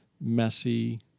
messy